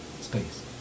space